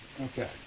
Okay